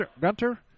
Gunter